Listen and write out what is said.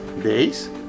days